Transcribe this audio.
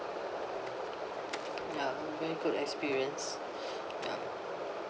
ya very good experience ya